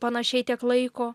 panašiai tiek laiko